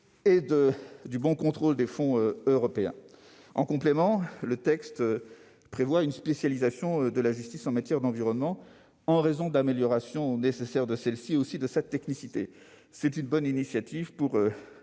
et le bon contrôle des fonds européens. En complément, le texte prévoit une spécialisation de la justice en matière d'environnement, afin d'améliorer le dispositif et de prendre en compte sa technicité. C'est une bonne initiative pour